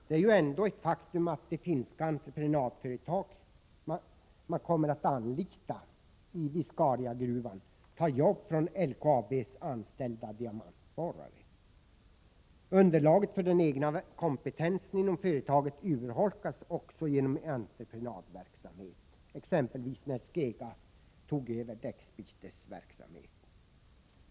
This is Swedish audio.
Det är ju ändå ett faktum att det finska entreprenadföretag man kommer att anlita i Viscariagruvan tar jobb från LKAB:s anställda diamantborrare. Underlaget för den egna kompetensen inom företaget urholkas också genom entreprenadverksamhet, exempelvis när Skega tog över däcksbytesverksamheten.